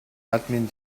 admin